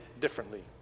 differently